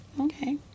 Okay